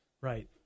Right